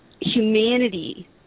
humanity